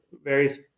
various